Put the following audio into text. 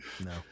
no